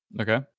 okay